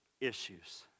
issues